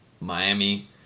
Miami